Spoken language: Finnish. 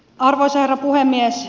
arvoisa herra puhemies